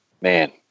Man